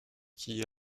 key